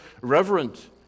reverent